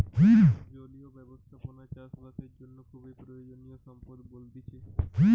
জলীয় ব্যবস্থাপনা চাষ বাসের জন্য খুবই প্রয়োজনীয় সম্পদ বলতিছে